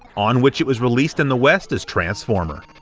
on which it was released in the west as transformer.